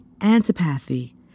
antipathy